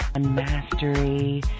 mastery